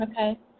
Okay